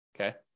Okay